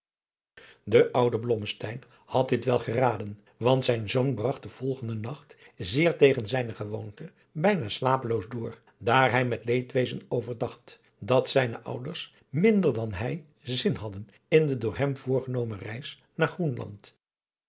de oude blommesteyn had dit wel geraden want zijn zoon bragt den volgenden nacht zeer tegen zijne gewoonte bijna slapeloos door daar hij met leedwezen overdacht dat zijne ouders minder dan hij zin hadden in de door hem voorgenomen reis naar groenland